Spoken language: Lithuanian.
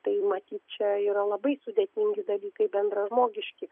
tai matyt čia yra labai sudėtingi dalykai bendražmogiški